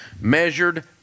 measured